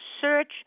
search